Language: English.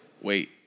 wait